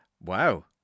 Wow